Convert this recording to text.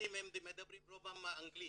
והבגדדים מדברים רובם אנגלית.